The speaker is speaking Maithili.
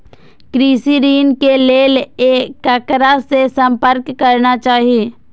कृषि ऋण के लेल ककरा से संपर्क करना चाही?